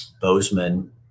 Bozeman